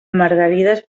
margarides